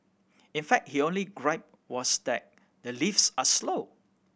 in fact he only gripe was that the lifts are slow